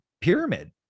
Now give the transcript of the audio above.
pyramid